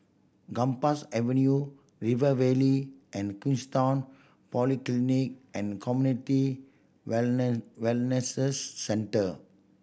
Gambas Avenue River Valley and Queenstown Polyclinic and Community Centre